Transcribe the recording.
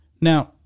Now